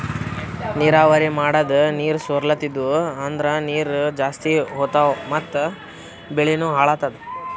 ನೀರಾವರಿ ಮಾಡದ್ ನೀರ್ ಸೊರ್ಲತಿದ್ವು ಅಂದ್ರ ನೀರ್ ಜಾಸ್ತಿ ಹೋತಾವ್ ಮತ್ ಬೆಳಿನೂ ಹಾಳಾತದ